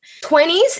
20s